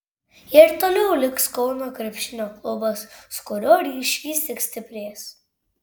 ja ir toliau liks kauno krepšinio klubas su kuriuo ryšys tik stiprės